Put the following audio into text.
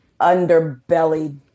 underbelly